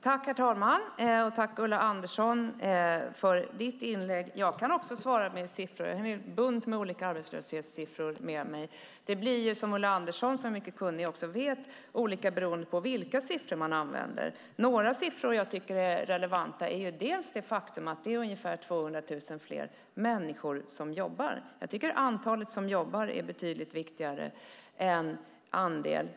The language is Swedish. Herr talman! Jag tackar Ulla Andersson för inlägget. Jag kan också svara med siffror. Jag har en hel bunt med olika arbetslöshetssiffror med mig. Men som Ulla Andersson som är mycket kunnig vet blir det olika beroende på vilka siffror man använder. En relevant siffra är att det är ungefär 200 000 fler människor som jobbar.